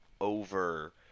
over